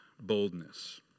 boldness